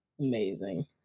Amazing